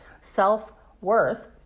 self-worth